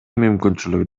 мүмкүнчүлүк